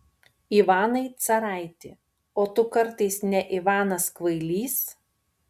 ivanai caraiti o tu kartais ne ivanas kvailys